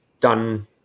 done